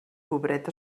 pobret